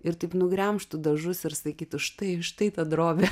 ir taip nugremžtų dažus ir sakytų štai štai ta drobė